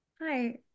Hi